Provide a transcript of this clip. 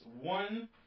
one